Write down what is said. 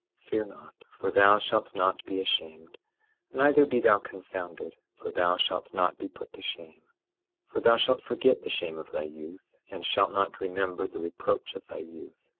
fear not, for thou shalt not be ashamed neither be thou confounded, for thou shalt not be put to shame for thou shalt forget the shame of thy youth, and shalt not remember the reproach of thy youth,